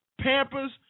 pampers